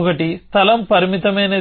ఒకటి స్థలం పరిమితమైనది